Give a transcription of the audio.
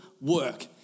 work